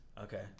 Okay